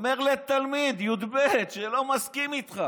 אומר לתלמיד י"ב שלא מסכים איתך